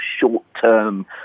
short-term